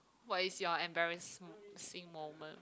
what is your embarassing moment